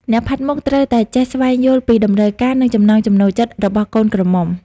អ្នកផាត់មុខត្រូវតែចេះស្វែងយល់ពីតម្រូវការ និងចំណង់ចំណូលចិត្តរបស់កូនក្រមុំ។